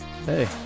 Hey